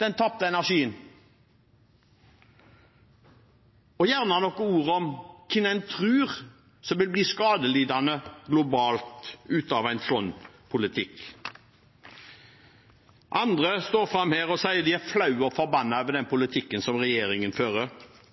den tapte energien? Og de må gjerne si noen ord om hvem de tror vil bli skadelidende globalt av en sånn politikk. Andre står fram her og sier de er flaue og forbannet over politikken regjeringen fører. Jeg er veldig glad for at den gjengen som